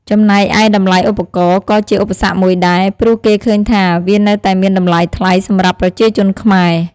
ចំណែកឯតម្លៃឧបករណ៍ក៏ជាឧបសគ្គមួយដែរ ព្រោះគេឃើញថាវានៅតែមានតម្លៃថ្លៃសម្រាប់ប្រជាជនខ្មែរ។